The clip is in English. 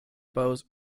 bows